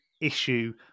issue